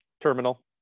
terminal